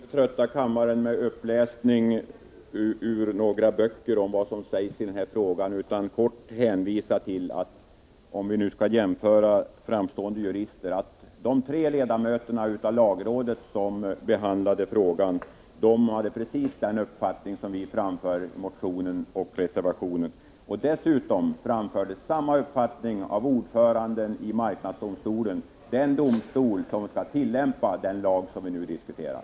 Herr talman! Jag skall inte trötta kammaren med uppläsning ur några böcker om vad som sägs i den här frågan, utan kort hänvisa till — om vi skall jämföra framstående jurister — att de tre ledamöterna av lagrådet som behandlade frågan hade precis den uppfattning som vi framför i motionen och reservationen. Dessutom framfördes samma uppfattning av ordföranden i marknadsdomstolen, den domstol som skall tillämpa den lag som vi nu diskuterar.